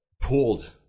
pulled